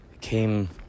Came